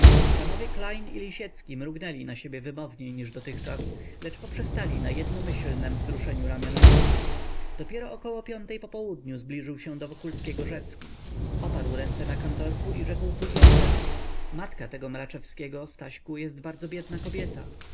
panowie klejn i lisiecki mrugnęli na siebie wymowniej niż dotychczas lecz poprzestali na jednomyślnem wzruszeniu ramionami dopiero około piątej po południu zbliżył się do wokulskiego rzecki oparł ręce na kantorku i rzekł półgłosem matka tego mraczewskiego staśku jest bardzo biedna kobieta